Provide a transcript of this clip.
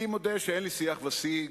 אני מודה שאין לי שיח ושיג